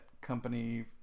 company